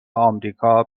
آمریکا